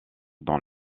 dans